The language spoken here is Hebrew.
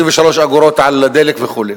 23 אגורות על דלק וכו'.